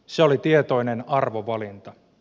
se oli tietoinen arvovalinta